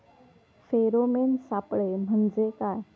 Pheromone सापळे म्हंजे काय?